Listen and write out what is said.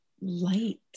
light